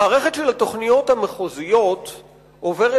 המערכת של התוכניות המחוזיות עוברת,